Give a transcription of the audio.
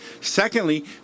Secondly